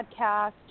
podcast